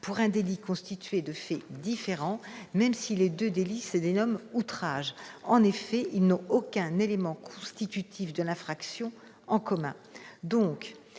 pour un délit constitué de faits différents, même si les deux délits se dénomment « outrage ». En effet, ils n'ont en commun aucun élément constitutif de l'infraction.